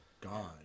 God